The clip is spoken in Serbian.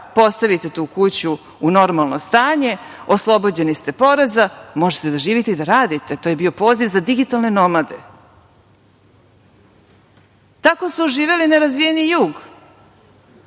postavite tu kuću u normalno stanje, oslobođeni ste poreza, možete da živite i da radite. To je bio poziv za digitalne nomade. Tako su oživeli nerazvijeni jug.